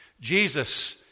Jesus